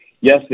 yes